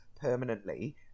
permanently